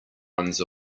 runs